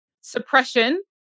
suppression